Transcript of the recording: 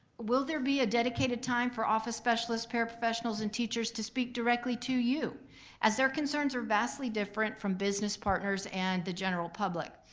will there be a dedicated time for office specialists, paraprofessionals and teachers to speak directly to you as their concerns are vastly different from business partners and the general public?